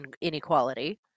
inequality